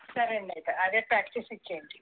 సరే అండి అయితే అదే ప్యాక్ చేసి ఇచ్చేయండి